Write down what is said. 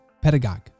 Pedagog